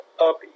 up